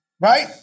Right